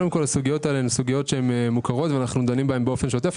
הסוגיות הללו הן מורכבות ואנו דנים בהן באופן שוטף.